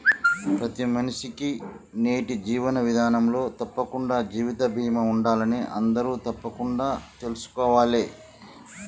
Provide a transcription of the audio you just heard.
ప్రతి మనిషికీ నేటి జీవన విధానంలో తప్పకుండా జీవిత బీమా ఉండాలని అందరూ తప్పకుండా తెల్సుకోవాలే